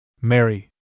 Mary